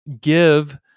give